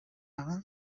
kuba